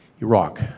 Iraq